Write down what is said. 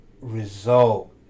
result